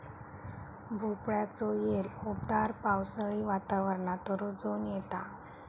भोपळ्याचो येल उबदार पावसाळी वातावरणात रुजोन येता